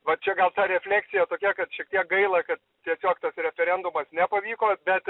va čia gal ta refleksija tokia kad šiek tiek gaila kad tiesiog tas referendumas nepavyko bet